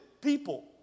people